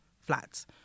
flats